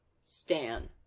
stan